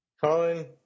colin